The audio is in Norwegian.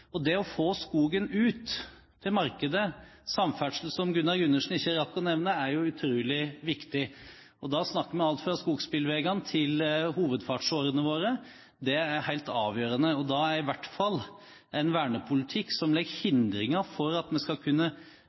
Det å få skogen ut til markedet – samferdsel, som Gunnar Gundersen ikke rakk å nevne – er utrolig viktig. Da snakker vi om alt fra skogsbilveier til hovedfartsårer. Det er helt avgjørende. Da er i hvert fall en vernepolitikk som legger hindringer for at vi skal kunne